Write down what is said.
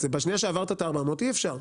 ברגע שעברת 400, אי-אפשר.